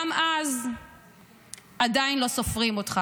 גם אז עדיין לא סופרים אותך.